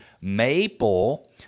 Maple